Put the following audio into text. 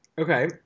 Okay